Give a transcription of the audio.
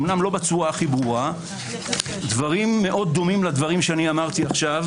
אמנם לא בצורה הכי ברורה דברים מאוד דומים לאלה שאמרתי כעת,